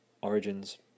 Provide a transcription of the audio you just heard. Origins